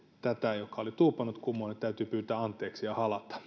tätä joka oli tuupannut kumoon että täytyy pyytää anteeksi ja halata